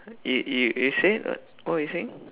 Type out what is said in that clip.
you you you say what what were you saying